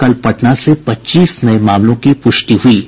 कल पटना से पच्चीस नये मामलों की पुष्टि हुयी है